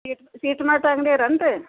seat seat mart ಅಂಗ್ಡಿಯವ್ರ್ ಏನು ರಿ